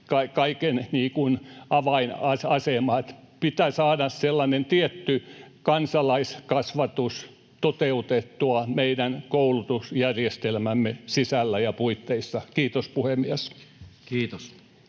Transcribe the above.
kaiken avainasema. Pitää saada sellainen tietty kansalaiskasvatus toteutettua meidän koulutusjärjestelmämme sisällä ja puitteissa. —Kiitos, puhemies. [Speech